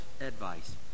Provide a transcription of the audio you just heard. advice